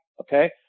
okay